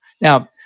Now